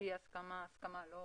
שתהיה הסכמה ולא